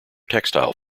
textile